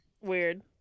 Weird